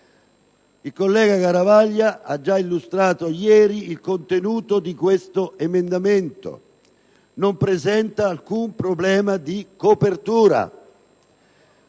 il collega Garavaglia ha già illustrato ieri il contenuto. Esso non presenta alcun problema di copertura.